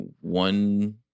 one